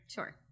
Sure